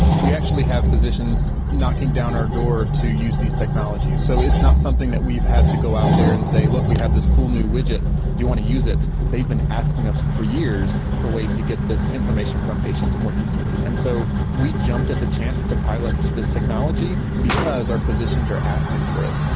we actually have physicians knocking down our door to use these technologies. so it's not something that we've had to go out there and say, look, we have this cool new widget, do you want to use it? they have been asking us for years for ways to get this information from patients more easily. and so we jumped at the chance to pilot this technology because our physicians are asking for it.